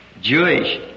Jewish